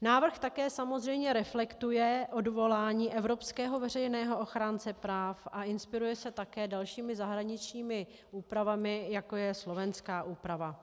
Návrh také samozřejmě reflektuje odvolání evropského veřejného ochránce práv a inspiruje se také dalšími zahraničními úpravami, jako je slovenská úprava.